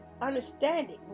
understanding